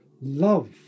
love